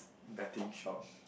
betting shop